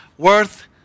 Worth